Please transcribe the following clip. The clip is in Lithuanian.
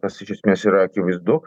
kas iš esmės yra akivaizdu